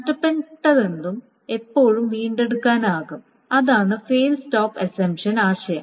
നഷ്ടപ്പെട്ടതെന്തും എപ്പോഴും വീണ്ടെടുക്കാനാകും അതാണ് ഫേൽ സ്റ്റോപ് അസമ്പ്ഷൻ ആശയം